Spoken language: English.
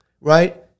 right